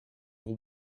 will